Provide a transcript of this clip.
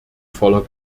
voller